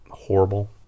horrible